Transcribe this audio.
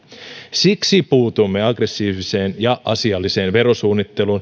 siksi puutumme aggressiiviseen ja asialliseen verosuunnitteluun